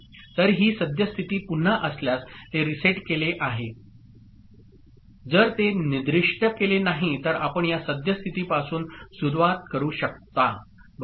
तर ही सद्य स्थिती पुन्हा असल्यास ते रीसेट केले आहे जर ते निर्दिष्ट केले नाही तर आपण या सद्य स्थितीपासून सुरुवात करू शकता बरोबर